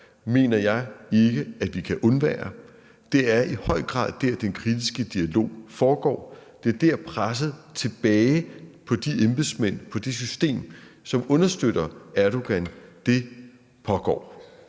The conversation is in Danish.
mener jeg ikke at vi kan undvære. Det er i høj grad dér, den kritiske dialog foregår, og det er dér, at presset tilbage på de embedsmænd, på det system, som understøtter Erdogan, pågår.